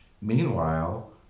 Meanwhile